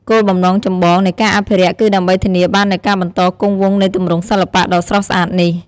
គោលបំណងចម្បងនៃការអភិរក្សគឺដើម្បីធានាបាននូវការបន្តគង់វង្សនៃទម្រង់សិល្បៈដ៏ស្រស់ស្អាតនេះ។